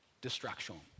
distraction